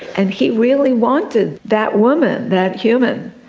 and he really wanted that woman, that human,